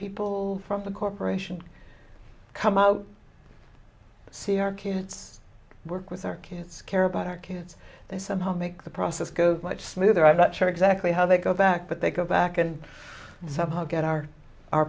people from the corporation come out see our kids work with our kids care about our kids they somehow make the process go much smoother i'm not sure exactly how they go back but they go back and somehow get our our